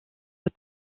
aux